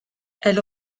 elle